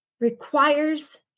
requires